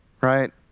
right